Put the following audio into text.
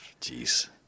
Jeez